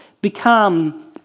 become